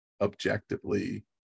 objectively